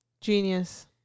Genius